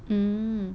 mmhmm